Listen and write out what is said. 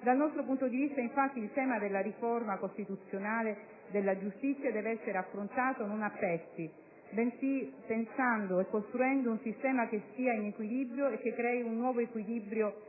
Dal nostro punto di vista, infatti, il tema della riforma costituzionale della giustizia deve essere affrontato, non a pezzi, bensì pensando e costruendo un sistema che stia in equilibrio e che crei un nuovo equilibrio che